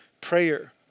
prayer